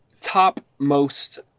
topmost